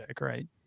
right